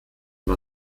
war